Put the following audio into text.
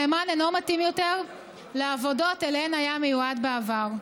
נאמן אינו מתאים יותר לעבודות שאליהן היה מיועד בעבר.